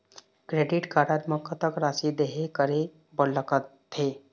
Credit card म कतक राशि देहे करे बर लगथे?